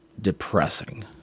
depressing